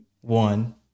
One